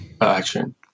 Action